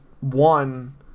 one